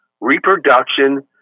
reproduction